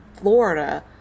Florida